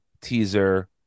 teaser